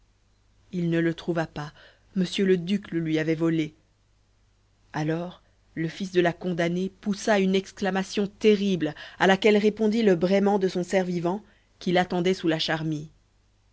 il ne le trouva pas m le duc le lui avait volé alors le fils de la condamnée poussa une exclamation terrible à laquelle répondit le braiment de son cerf vivant qui l'attendait sous la charmille